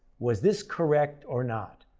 was this correct or not?